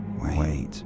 Wait